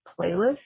playlist